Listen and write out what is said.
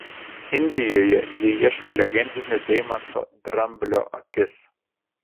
indijoje jie ieško legendinio deimanto dramblio akis